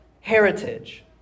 heritage